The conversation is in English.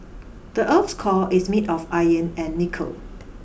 the earth's core is made of iron and nickel